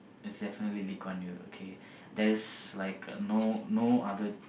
it's definitely Lee-Kuan-Yew okay there's like no no other